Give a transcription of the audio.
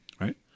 right